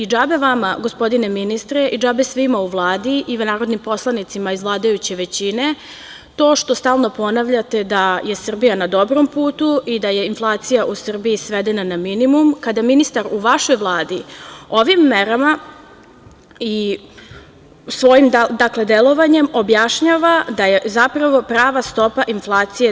Džabe vama, gospodine ministre, i džabe svima u Vladi i narodnim poslanicima iz vladajuće većine to što stalno ponavljate da je Srbija na dobrom putu i da je inflacija u Srbiji svedena na minimum, kada ministar u vašoj Vladi ovim merama i svojim delovanjem objašnjava da je zapravo prava stopa inflacije 12%